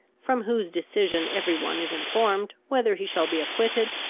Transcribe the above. from whose decision every one is informed whether he shall be acquitted,